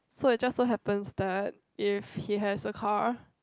so it just so happen that if he has a car